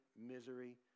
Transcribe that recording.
misery